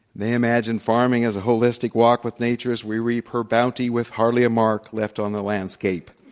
they imagine farming as a holistic walk with nature as we reap her bounty with hardly a mark left on the landscape